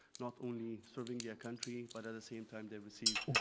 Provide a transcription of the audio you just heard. not only serving their country but at the same time they receive,